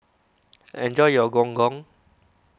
enjoy your Gong Gong